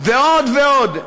ועוד ועוד.